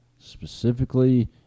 specifically